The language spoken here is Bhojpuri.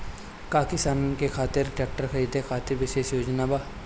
का किसानन के खातिर ट्रैक्टर खरीदे खातिर विशेष योजनाएं बा?